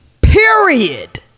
period